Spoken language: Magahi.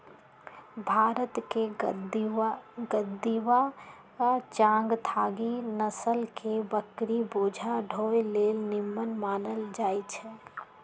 भारतके गद्दी आ चांगथागी नसल के बकरि बोझा ढोय लेल निम्मन मानल जाईछइ